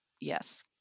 Yes